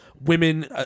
Women